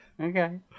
Okay